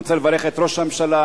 אני רוצה לברך את ראש הממשלה,